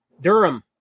Durham